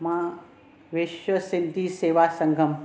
मां विश्व सिंधी सेवा संगम